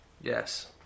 Yes